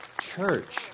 church